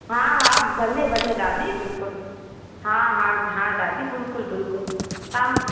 हा हा भले भले दादी बिल्कुलु हा हा हा दादी बिल्कुलु बिल्कुलु हा